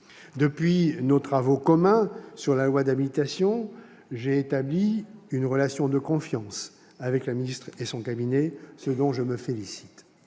Depuis nos travaux communs sur la loi d'habilitation, j'ai établi une relation de confiance avec Mme la ministre et son cabinet, ce dont je me félicite.